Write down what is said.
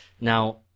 Now